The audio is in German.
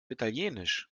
italienisch